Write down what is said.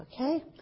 Okay